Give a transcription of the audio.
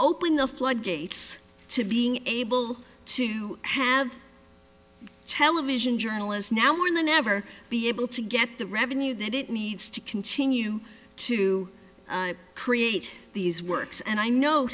open the floodgates to being able to have television journalists now more than ever be able to get the revenue that it needs to continue to create these works and i no